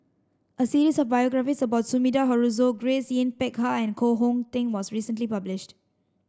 a series of biographies about Sumida Haruzo Grace Yin Peck Ha and Koh Hong Teng was recently published